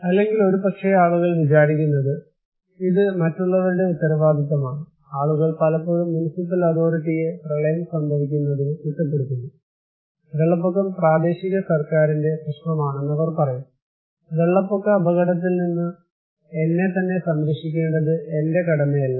അല്ലെങ്കിൽ ഒരുപക്ഷേ ആളുകൾ വിചാരിക്കുന്നത് ഇത് മറ്റുള്ളവരുടെ ഉത്തരവാദിത്തമാണ് ആളുകൾ പലപ്പോഴും മുനിസിപ്പൽ അതോറിറ്റിയെ പ്രളയം സംഭവിക്കുന്നതിന് കുറ്റപ്പെടുത്തുന്നു വെള്ളപ്പൊക്കം പ്രാദേശിക സർക്കാരിന്റെ പ്രശ്നമാണെന്ന് അവർ പറയും വെള്ളപ്പൊക്ക അപകടത്തിൽ നിന്ന് എന്നെത്തന്നെ സംരക്ഷിക്കേണ്ടത് എന്റെ കടമയല്ല